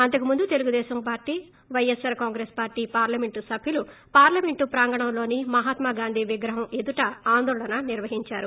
అంతకుముందు Telugu Desam YSR Congress party parliament సభ్యులు parliament ప్రాంగణంలోని Mahatma Gandhi విగ్రహం ఎదుట ఆందోళన నిర్వహించారు